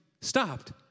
Stopped